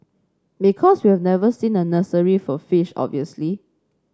because we've never seen a nursery for fish obviously